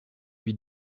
lui